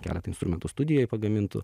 keletą instrumentų studijoj pagamintų